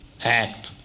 act